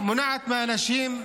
מונעת מאנשים,